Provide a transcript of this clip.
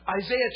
Isaiah